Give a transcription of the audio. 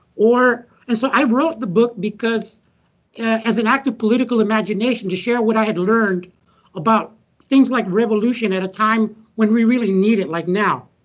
and so i wrote the book because as an active political imagination to share what i had learned about things like revolution at a time when we really need it, like now.